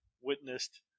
witnessed